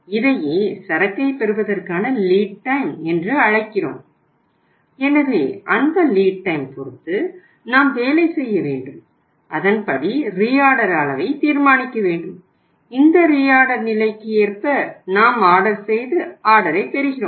இதையே சரக்கை பெறுவதற்கான லீட் டைம் நிலைக்கு ஏற்ப நாம் ஆர்டர் செய்து ஆர்டரைப் பெறுகிறோம்